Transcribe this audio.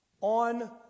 on